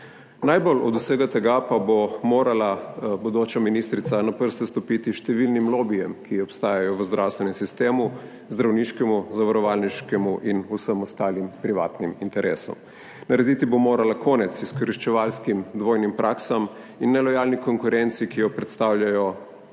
Najbolj od vsega tega pa bo morala bodoča ministrica na prste stopiti številnim lobijem, ki obstajajo v zdravstvenem sistemu, zdravniškemu, zavarovalniškemu in vsem ostalim privatnim interesom. Narediti bo morala konec izkoriščevalskim dvojnim praksam in nelojalni konkurenci, ki jo predstavljajo